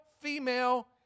female